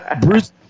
Bruce